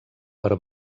per